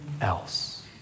else